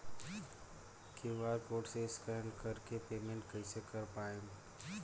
QR code से scan कर के पेमेंट कइसे कर पाएम?